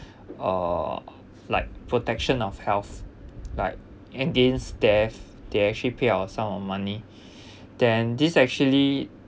uh like protection of health like end gains death they actually pay our sum of money then this actually